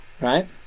right